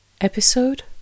Episode